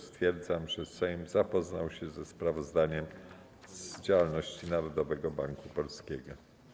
Stwierdzam, że Sejm zapoznał się ze sprawozdaniem z działalności Narodowego Banku Polskiego.